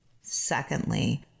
Secondly